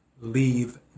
leave